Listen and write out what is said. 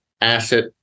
asset